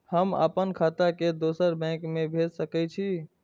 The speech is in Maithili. हम आपन खाता के दोसर बैंक में भेज सके छी?